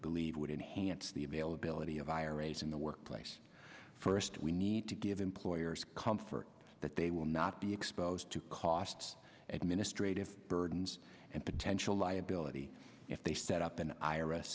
believe would enhance the availability of irate in the workplace first we need to give employers comfort that they will not be exposed to costs administrative burdens and potential liability if they set up an ir